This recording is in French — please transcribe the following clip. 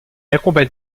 accompagne